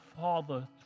father